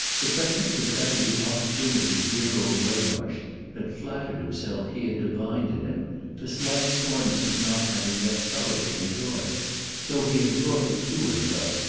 the present was that of the opportunity dear old waymarsh had flattered himself he had divined in him the slight soreness of not having yet thoroughly enjoyed so he had brought it to him thus,